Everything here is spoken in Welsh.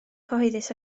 cyhoeddus